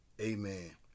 amen